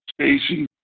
Stacy